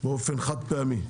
באופן חד פעמי.